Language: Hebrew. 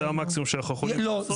זה המקסימום שאנחנו יכולים לעשות.